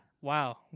Wow